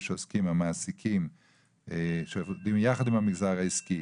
המעסיקים שעובדים יחד עם המגזר העסקי,